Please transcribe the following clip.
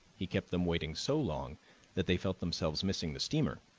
he kept them waiting so long that they felt themselves missing the steamer,